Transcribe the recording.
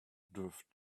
drift